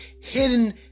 hidden